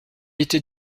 était